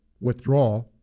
withdraw